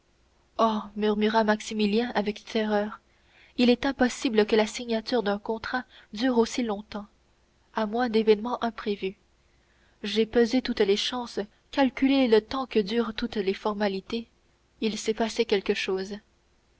murmura maximilien avec terreur il est impossible que la signature d'un contrat dure aussi longtemps à moins d'événements imprévus j'ai pesé toutes les chances calculé le temps que durent toutes les formalités il s'est passé quelque chose